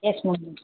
yes ma'am